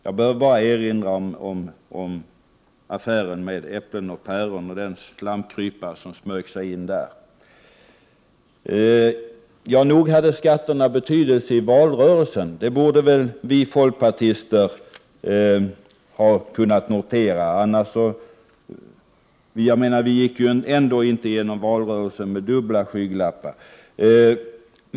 Jag behöver bara erinra om affären med tullen för äpplen och päron och den slamkrypare som smög sig in i det sammanhanget. Nog hade skatterna betydelse i valrörelsen. Det borde väl vi folkpartister ha kunnat notera — vi gick ju inte igenom valrörelsen med dubbla skygglappar.